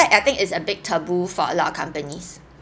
I think it's a big taboo for a lot of companies